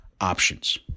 options